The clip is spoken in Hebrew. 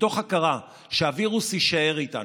מתוך הכרה שהווירוס יישאר איתנו.